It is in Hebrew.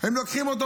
הם לוקחים אותו,